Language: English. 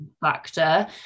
factor